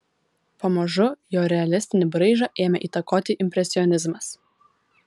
pamažu jo realistinį braižą ėmė įtakoti impresionizmas